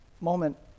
moment